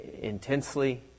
intensely